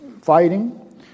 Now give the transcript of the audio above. fighting